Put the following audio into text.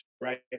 Right